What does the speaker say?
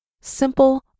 simple